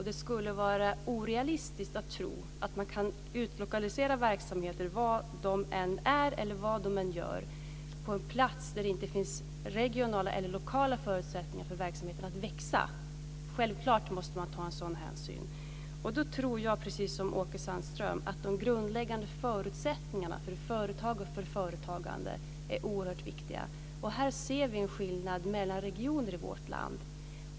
Det skulle vara orealistiskt att tro att man kan utlokalisera verksamheter, var de än finns och vad de än gör, till en plats där det inte finns regionala eller lokala förutsättningar för verksamheterna att växa. En sådan hänsyn måste man självfallet ta. Då tror jag, precis som Åke Sandström, att de grundläggande förutsättningarna för företag och företagande är oerhört viktiga. Här ser vi en skillnad mellan regioner i vårt land.